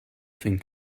think